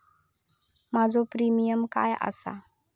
माझो प्रीमियम काय आसा?